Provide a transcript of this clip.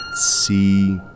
see